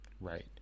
right